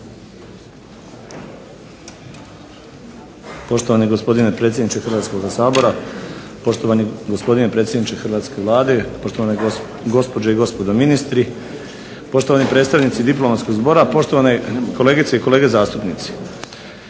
Poštovani gospodine predsjedniče Hrvatskoga sabora, poštovani gospodine predsjedniče hrvatske Vlade, poštovane gospođe i gospodo ministri, poštovani predstavnici diplomatskog zbora, poštovane kolegice i kolege zastupnici.